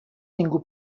ningú